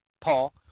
Paul